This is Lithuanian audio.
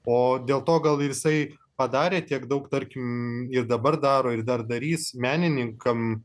o dėl to gal ir jisai padarė tiek daug tarkim ir dabar daro ir dar darys menininkam